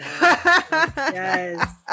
Yes